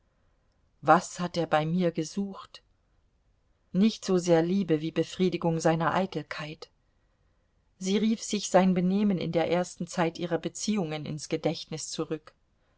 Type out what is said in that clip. was hat er bei mir gesucht nicht sosehr liebe wie befriedigung seiner eitelkeit sie rief sich sein benehmen in der ersten zeit ihrer beziehungen ins gedächtnis zurück